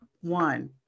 One